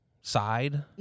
side